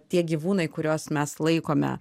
tie gyvūnai kuriuos mes laikome